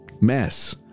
mess